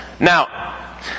Now